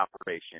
operation